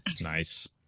nice